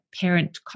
parent